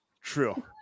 True